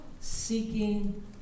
seeking